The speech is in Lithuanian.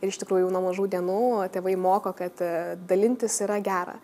ir iš tikrųjų jau nuo mažų dienų tėvai moko kad dalintis yra gera